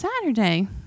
Saturday